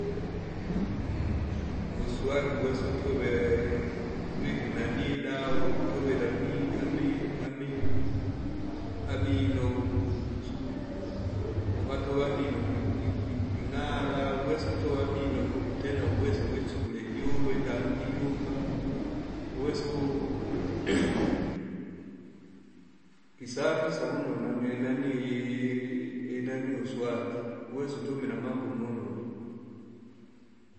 uswaki wesa utove, uvike inani idawa utovela ami- ami- amino, amino wu- wusu- wu, ukasova amino ki- ki- ki- king'ala uwesa uwesa utova amaino ku tena uwesa wisugule juwe damu jiuma, uwesa u-, kisafisa vononu amie inanii- inanii unswaki, uwesa utumile amambo molosu.